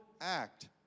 act